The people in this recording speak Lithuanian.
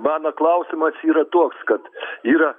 mano klausimas yra toks kad yra